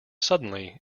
suddenly